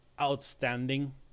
outstanding